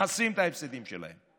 מכסים את ההפסדים שלהם,